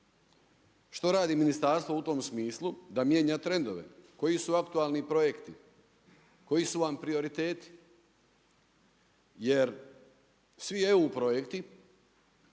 što radi Ministarstvo u tom smislu da mijenja trendove, koji su aktualni projekti, koji su vam prioriteti? Jer svi EU projekti